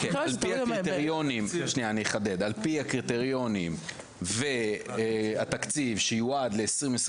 אני אחדד: על פי הקריטריונים והתקציב שיועד ל-2023